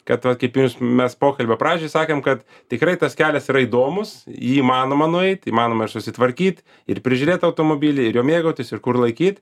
kad vat kaip ir jūs mes pokalbio pradžioj sakėm kad tikrai tas kelias yra įdomus jį įmanoma nueit įmanoma ir susitvarkyt ir prižiūrėt automobilį ir juo mėgautis ir kur laikyt